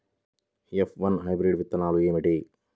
F one hybrid విత్తనాలు ఏమిటి?